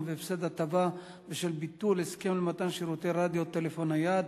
והפסד הטבה בשל ביטול הסכם למתן שירותי רדיו טלפון נייד),